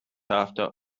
after